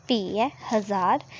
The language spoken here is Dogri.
फ्ही ऐ ज्हार